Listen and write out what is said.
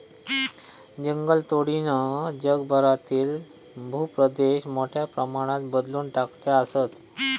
जंगलतोडीनं जगभरातील भूप्रदेश मोठ्या प्रमाणात बदलवून टाकले आसत